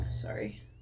Sorry